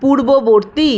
পূর্ববর্তী